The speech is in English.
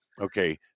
Okay